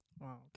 Wow